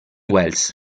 wells